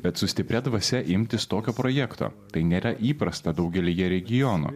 bet su stipria dvasia imtis tokio projekto tai nėra įprasta daugelyje regionų